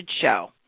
show